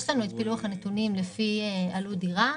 יש לנו את פילוח הנתונים לפי עלות דירה.